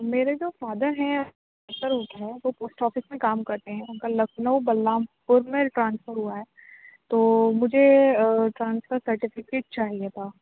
میرے جو فادر ہیں سر وہ کیا ہے وہ پوسٹ آفس میں کام کرتے ہیں اُن کا لکھنؤ بلرام پور میں ٹرانسفر ہُوا ہے تو مجھے ٹرانسفر سرٹیفکیٹ چاہیے تھا